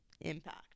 impact